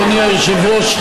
אדוני היושב-ראש,